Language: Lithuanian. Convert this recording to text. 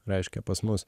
reiškia pas mus